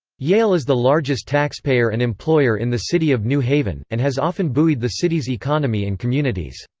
yale is the largest taxpayer and employer in the city of new haven, and has often buoyed the city's economy and communities.